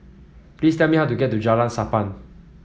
please tell me how to get to Jalan Sappan